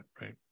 right